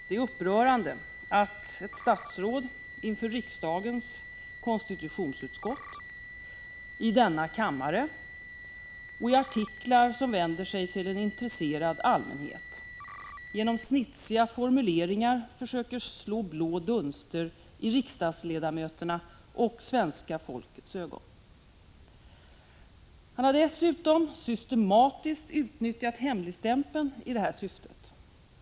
Det är upprörande att ett statsråd — inför riksdagens konstitutionsutskott, i denna kammare och i artiklar som vänder sig till en intresserad allmänhet — genom snitsiga formuleringar försöker slå blå dunster i riksdagsledamöternas och svenska folkets ögon. Han har dessutom systematiskt utnyttjat hemligstämpeln i detta syfte.